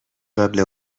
قبل